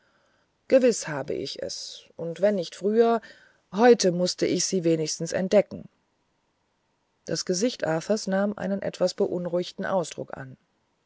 gewiß habe ich es und wenn nicht früher heute mußte ich sie wenigstens entdecken das gesicht arthurs nahm einen etwas beunruhigten ausdruck an